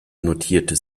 notierte